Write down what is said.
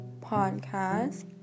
podcast